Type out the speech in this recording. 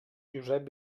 josep